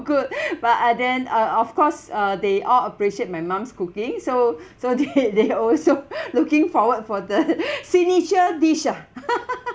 good but uh then uh of course uh they all appreciate my mum's cooking so so they they also looking forward for the signature dish ah